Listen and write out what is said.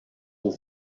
aux